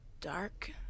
dark